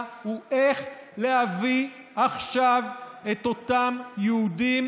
הוא איך להביא עכשיו את אותם יהודים,